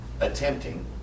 attempting